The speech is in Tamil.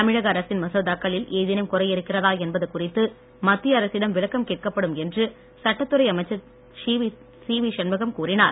தமிழக அரசின் மசோதாக்களில் ஏதேனும் குறையிருக்கிறதா என்பது குறித்து மத்திய அரசிடம் விளக்கம் கேட்கப்படும் என்று சட்டத்துறை அமைச்சர் சிவி சண்முகம் கூறினார்